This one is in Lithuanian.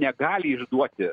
negali išduoti